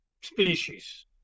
species